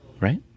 right